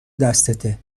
دستته